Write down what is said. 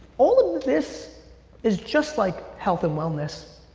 all of this is just like health and wellness.